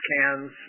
cans